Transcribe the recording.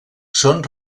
són